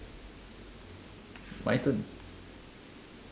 my turn